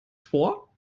vor